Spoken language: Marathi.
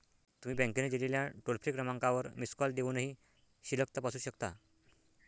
तुम्ही बँकेने दिलेल्या टोल फ्री क्रमांकावर मिस कॉल देऊनही शिल्लक तपासू शकता